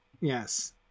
yes